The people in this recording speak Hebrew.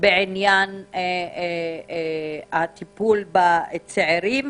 בעניין הטיפול בצעירים.